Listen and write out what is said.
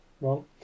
wrong